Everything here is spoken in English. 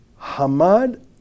Hamad